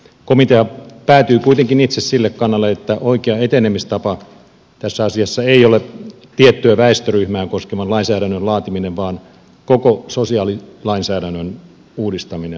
komitea päätyi kuitenkin itse sille kannalle että oikea etenemistapa tässä asiassa ei ole tiettyä väestöryhmää koskevan lainsäädännön laatiminen vaan koko sosiaalilainsäädännön uudistaminen